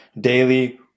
daily